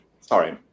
sorry